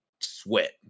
sweat